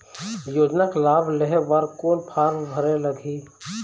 योजना के लाभ लेहे बर कोन फार्म भरे लगही?